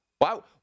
Wow